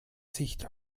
sicht